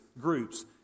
groups